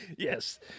Yes